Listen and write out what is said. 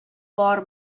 бар